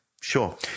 sure